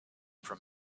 from